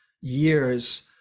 years